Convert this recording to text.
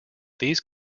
these